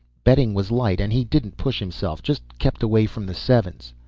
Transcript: betting was light and he didn't push himself, just kept away from the sevens.